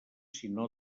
sinó